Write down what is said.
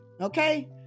Okay